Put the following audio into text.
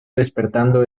despertando